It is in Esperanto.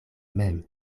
mem